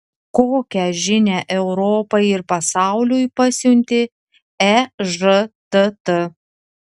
kokią žinią europai ir pasauliui pasiuntė ežtt